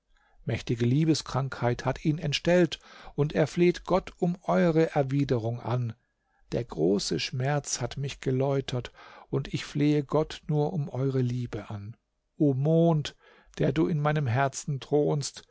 mächtige liebeskrankheit hat ihn entstellt und er fleht gott um eure erwiderung an der große schmerz hat mich geläutert und ich flehe gott nur um eure liebe an o mond der du in meinem herzen